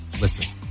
listen